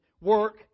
work